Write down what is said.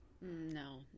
no